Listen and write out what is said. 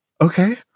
Okay